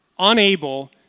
unable